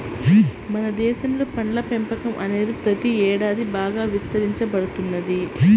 మన దేశంలో పండ్ల పెంపకం అనేది ప్రతి ఏడాది బాగా విస్తరించబడుతున్నది